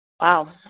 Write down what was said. Wow